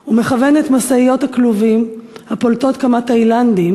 החשמלית./ הוא מכוון את משאיות הכלובים/ הפולטות כמה תאילנדים